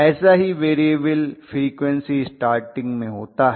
ऐसा ही variable frequency starting में होता है